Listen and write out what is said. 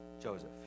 Joseph